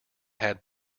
had